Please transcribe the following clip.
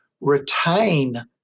retain